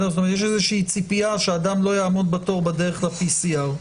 יש איזושהי ציפייה שאדם לא יעמוד בתור בדרך ל-PCR.